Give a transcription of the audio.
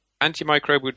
antimicrobial